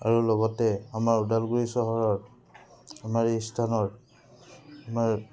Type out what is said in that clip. আৰু লগতে আমাৰ ওদালগুৰি চহৰৰ আমাৰ এই স্থানৰ আমাৰ